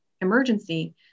emergency